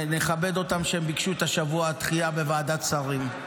נכבד אותם, כי הם ביקשו שבוע דחייה מוועדת שרים.